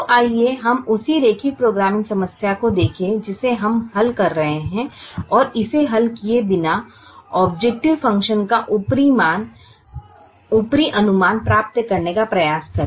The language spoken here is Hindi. तो आइए हम उसी रैखिक प्रोग्रामिंग समस्या को देखें जिसे हम हल कर रहे हैं और इसे हल किए बिना ऑबजेकटीव फ़ंक्शन का ऊपरी अनुमान प्राप्त करने का प्रयास करें